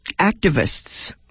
activists